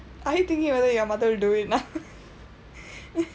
I thinking whether your mother will do it now